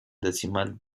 decimal